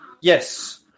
yes